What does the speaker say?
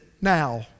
now